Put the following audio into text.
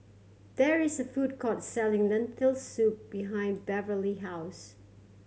there is a food court selling Lentil Soup behind Beverly house